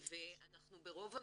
ברוב המקרים,